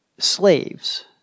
slaves